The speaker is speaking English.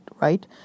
right